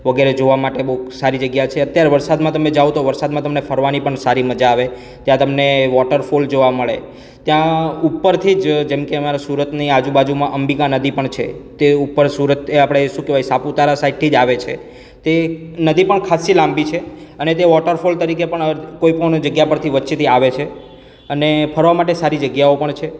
વગેરે જોવા માટે બહુ સારી જગ્યા છે અત્યારે વરસાદમાં તમે જાવ તો વરસાદમાં તમને ફરવાની પણ સારી મજા આવે ત્યાં તમને વોટરફોલ જોવા મળે ત્યાં ઉપરથી જ જેમ કે અમારા સુરતની આજુબાજુમા અંબિકા નદી પણ છે તે ઉપર સુરતથી આપણે શું કહેવાય સાપુતારા સાઇડથી આવે છે તે નદી પણ ખાસ્સી લાંબી છે અને તે વોટરફોલ તરીકે પણ કોઈપણ જગ્યા પરથી વચ્ચેથી આવે છે અને ફરવા માટે સારી જગ્યાઓ પણ છે